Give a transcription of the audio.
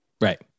Right